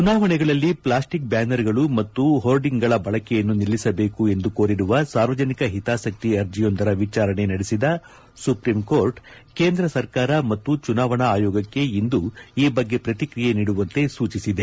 ಚುನಾವಣೆಗಳಲ್ಲಿ ಪ್ಲಾಸ್ವಿಕ್ ಬ್ಯಾನರ್ಗಳು ಮತ್ತು ಹೋರ್ಡಿಂಗ್ಗಳ ಬಳಕೆಯನ್ನು ನಿಲ್ಲಿಸಬೇಕು ಎಂದು ಕೋರಿರುವ ಸಾರ್ವಜನಿಕ ಹಿತಾಸಕ್ತಿ ಅರ್ಜಿಯೊಂದರ ವಿಚಾರಣೆ ನಡೆಸಿದ ಸುಪ್ರೀಂಕೋರ್ಟ್ ಕೇಂದ್ರ ಸರ್ಕಾರ ಮತ್ತು ಚುನಾವಣಾ ಆಯೋಗಕ್ಕೆ ಇಂದು ಈ ಬಗ್ಗೆ ಪ್ರತಿಕ್ರಿಯೆ ನೀಡುವಂತೆ ಸೂಚಿಸಿದೆ